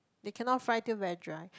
they cannot fry till very dry